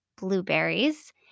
blueberries